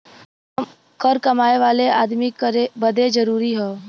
कर कमाए वाले अदमी बदे जरुरी हौ